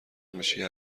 میشی